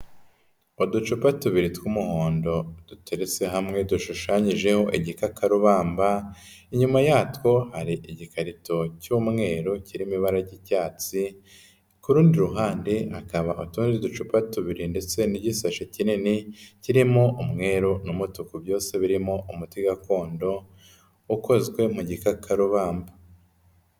Uducupa tubiri tw'umuhondo, duteretse hamwe dushushanyijeho igikakarubamba, inyuma yatwo hari igikarito cy'umweru kirimo ibara ry'icyatsi, ku rundi ruhande hakaba utundi ducupa tubiri ndetse n'igisashi kinini kirimo umweru n'umutuku, byose birimo umuti gakondo ukozwe mu gikakarubamba.